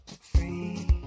Free